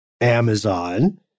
Amazon